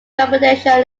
computational